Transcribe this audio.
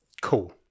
Cool